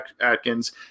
Atkins